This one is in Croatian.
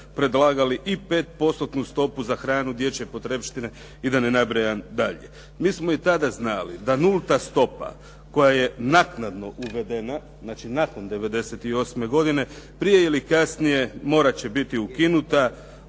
predlagali i 5%-tnu stopu za hranu, dječje potrepštine i da ne nabrajam dalje. Mi smo i tada znali da nultna stopa koja je naknadno uvedena, znači nakon 98. godine prije ili kasnije morati će biti ukinuta